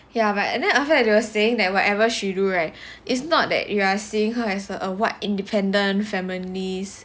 ya but and then after they were saying that whatever she do right is not that you are seeing her as a what independent feminist